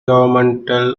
governmental